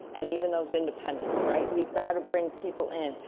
and even those independents, right? we've got to bring people in,